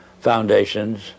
foundations